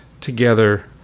together